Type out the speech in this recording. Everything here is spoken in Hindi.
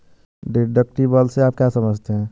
डिडक्टिबल से आप क्या समझते हैं?